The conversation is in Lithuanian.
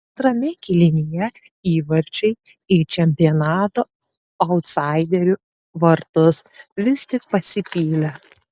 antrame kėlinyje įvarčiai į čempionato autsaiderių vartus vis tik pasipylė